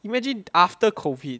imagine after COVID